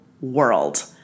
world